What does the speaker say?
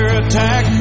attack